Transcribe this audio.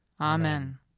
Amen